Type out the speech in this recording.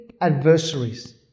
adversaries